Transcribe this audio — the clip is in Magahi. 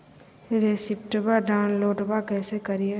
रेसिप्टबा डाउनलोडबा कैसे करिए?